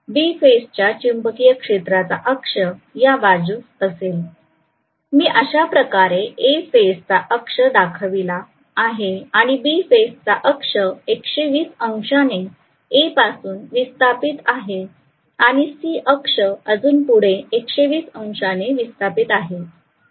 B phase च्या चुंबकीय क्षेत्राचा अक्ष या बाजूस असेल मी अशाप्रकारे A फेज चा अक्ष दाखविला आहे आणि B फेज चा अक्ष 120 अंशाने A पासून विस्थापित आहे आणि C अक्ष अजून पुढे 120 अंशाने विस्थापित आहे